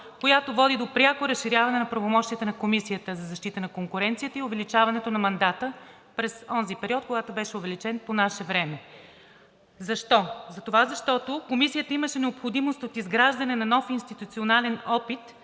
която води до пряко разширяване на правомощията на Комисията за защита на конкуренцията и увеличаването на мандата през онзи период, когато беше увеличен по наше време. Защо? Затова, защото Комисията имаше необходимост от изграждане на нов институционален опит